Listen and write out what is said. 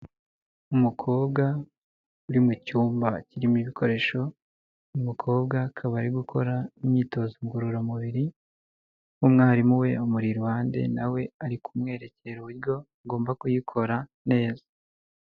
Umukobwa uri mu cyumba kirimo ibikoresho. Uyu mukobwa akaba ari gukora imyitozo ngororamubiri, umwarimu we amuri iruhande nawe ari kumwerekera uburyo agomba kuyikora neza.